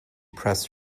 pressed